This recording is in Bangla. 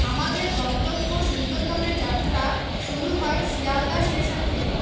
আমাদের গন্তব্য সুন্দরবনে যাত্রা শুরু হয় শিয়ালদহ স্টেশন থেকে